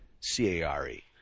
C-A-R-E